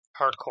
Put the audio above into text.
Hardcore